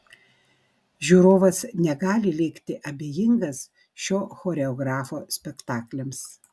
žiūrovas negali likti abejingas šio choreografo spektakliams